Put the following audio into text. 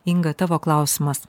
inga tavo klausimas